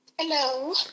Hello